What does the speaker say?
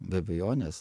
be abejonės